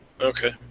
Okay